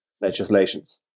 legislations